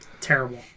Terrible